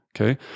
Okay